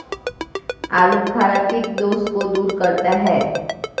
आलूबुखारा पित्त दोष को दूर करता है